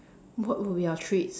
what would be our treats